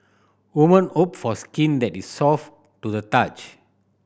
woman hope for skin that is soft to the touch